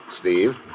Steve